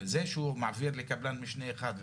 זה שהוא מעביר לקבלן משנה אחד,